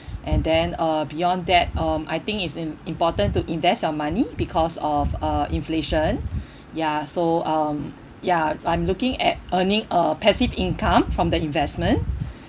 and then uh beyond that um I think it's im~ important to invest your money because of uh inflation ya so um ya I'm looking at earning a passive income from the investment